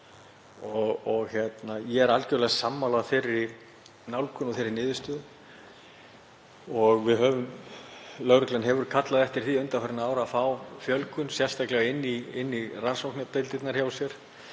Ég er algerlega sammála þeirri nálgun og þeirri niðurstöðu. Lögreglan hefur kallað eftir því undanfarin ár að fá fjölgun, sérstaklega inn í rannsóknardeildirnar hjá sér,